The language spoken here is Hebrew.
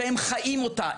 שהם חיים אותה,